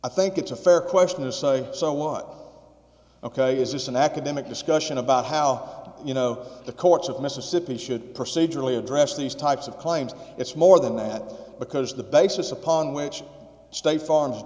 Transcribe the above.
i think it's a fair question to say so what ok is this an academic discussion about how you know the courts of mississippi should procedurally address these types of claims it's more than that because the basis upon which state farm